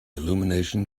illumination